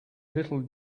little